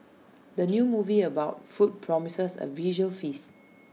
the new movie about food promises A visual feast